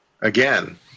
again